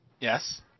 Yes